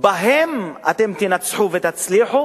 בהם אתם תנצחו ותצליחו